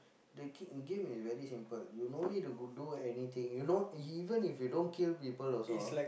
the g~game is very simple you no need to d~ do anything you know even if you don't kill people also